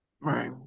Right